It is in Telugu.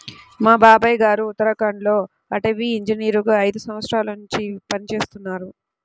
మా బాబాయ్ గారు ఉత్తరాఖండ్ లో అటవీ ఇంజనీరుగా ఐదు సంవత్సరాల్నుంచి పనిజేత్తన్నారు